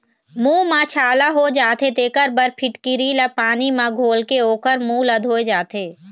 मूंह म छाला हो जाथे तेखर बर फिटकिरी ल पानी म घोलके ओखर मूंह ल धोए जाथे